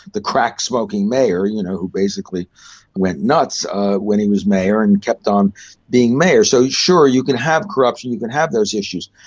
the crack-smoking mayor you know who basically went nuts when he was mayor and kept on being mayor. so sure, you can have corruption, you can have those issues.